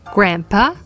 Grandpa